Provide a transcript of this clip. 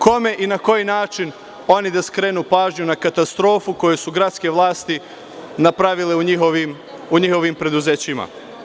Kome i na koji način oni da skrenu pažnju na katastrofu koju su gradske vlasti napravili u njihovim preduzećima?